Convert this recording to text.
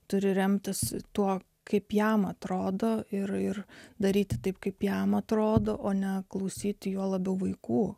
turi remtis tuo kaip jam atrodo ir ir daryti taip kaip jam atrodo o ne klausyti juo labiau vaikų